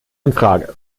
infrage